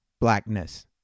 blackness